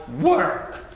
work